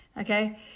Okay